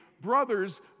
brothers